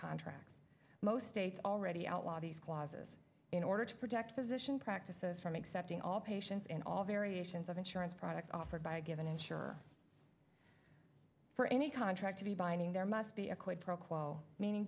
contract most states already outlaw these clauses in order to protect position practices from accepting all patients and all variations of insurance products offered by a given insure for any contract to be binding there must be a quid pro quo meaning